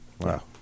Wow